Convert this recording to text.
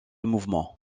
mouvement